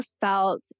felt